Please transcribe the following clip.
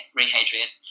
rehydrate